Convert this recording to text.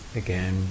again